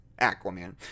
Aquaman